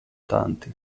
tanti